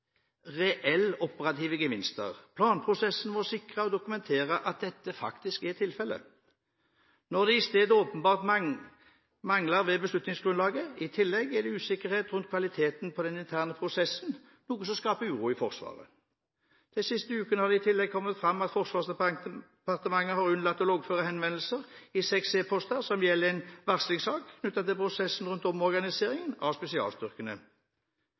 reelle operative gevinster. Planprosessen må sikre og dokumentere at dette faktisk er tilfellet. Nå er det i stedet åpenbare mangler ved beslutningsgrunnlaget. I tillegg er det usikkerhet rundt kvaliteten på den interne prosessen, noe som skaper uro i Forsvaret. De siste ukene har det i tillegg kommet fram at Forsvarsdepartementet har unnlatt å loggføre henvendelser i seks e-poster som gjelder en varslingssak knyttet til prosessen rundt omorganiseringen av spesialstyrkene.